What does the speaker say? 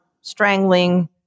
strangling